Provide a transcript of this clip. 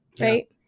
right